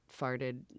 farted